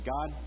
God